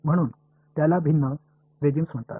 म्हणून त्याला भिन्न रेजिम्स म्हणतात